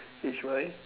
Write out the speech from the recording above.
H Y